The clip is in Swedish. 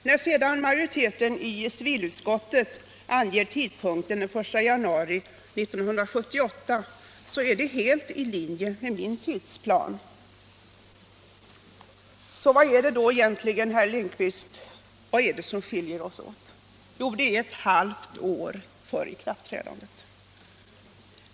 När sedan majoriteten i civilutskottet anger tidpunkten den 1 januari 1978 är det helt i linje med min tidsplan. Vad är det då egentligen som skiljer oss åt, herr Lindkvist? Jo, det är ett halvår för ikraftträdandet.